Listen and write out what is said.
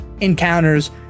encounters